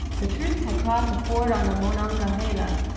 the troops had crossed a ford on the monongahela,